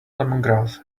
lemongrass